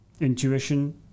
Intuition